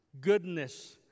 goodness